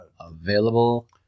Available